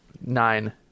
nine